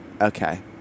Okay